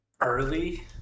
early